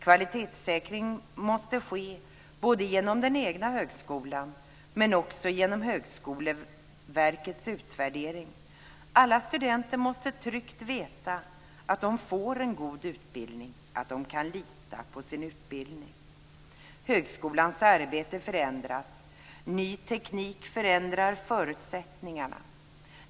Kvalitetssäkring måste ske både genom den egna högskolan och genom Högskoleverkets utvärdering. Alla studenter måste tryggt veta att de får en god utbildning och att de kan lita på sin utbildning. Högskolans arbete förändras. Ny teknik förändrar förutsättningarna.